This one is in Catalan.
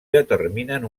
determinen